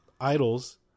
idols